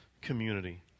community